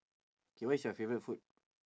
K what's your favourite food